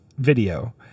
video